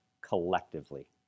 collectively